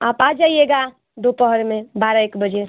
आप आ जाइएगा दोपहर में बारह एक बजे